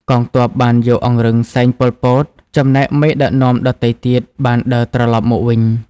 កងទ័ព បានយកអង្រឹងសែង ប៉ុល ពត ចំណែកមេដឹកនាំដទៃទៀតបានដើរត្រឡប់មកវិញ។